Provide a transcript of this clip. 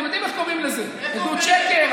אתם יודעים איך קוראים לזה: עדות שקר,